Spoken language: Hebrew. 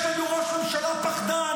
יש לנו ראש ממשלה פחדן,